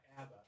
Abba